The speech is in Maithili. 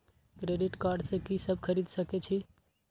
क्रेडिट कार्ड से की सब खरीद सकें छी?